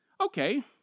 Okay